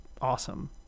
awesome